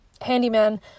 handyman